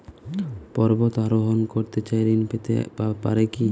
পর্বত আরোহণ করতে চাই ঋণ পেতে পারে কি?